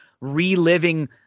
reliving